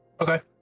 Okay